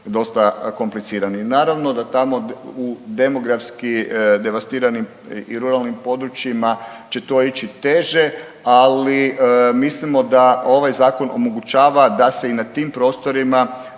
dosta komplicirani. Naravno da tamo u demografski devastiranim i ruralnim područjima će to ići teže, ali mislimo da ovaj zakon omogućava da se i na tim prostorima